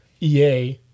EA